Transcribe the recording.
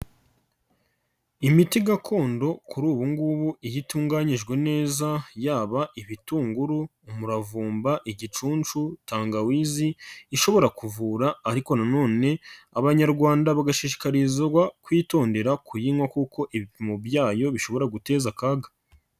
Imiti gakondo kuri ubu ngubu iyo itunganyijwe neza, yaba ibitunguru, umuravumba, igicuncu, tangawizi, ishobora kuvura ariko na none abanyarwanda bagashishikarizwa kutondera kuyinywa kuko ibipimo byayo bishobora guteza akaga.